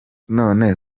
none